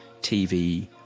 tv